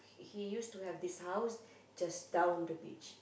he he used to have this house just down the beach